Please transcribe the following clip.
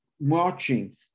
marching